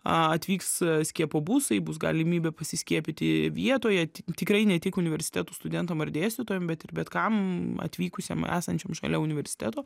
atvyks skiepobusai bus galimybė pasiskiepyti vietoje tikrai ne tik universitetų studentam ar dėstytojam bet ir bet kam atvykusiam esančiam šalia universiteto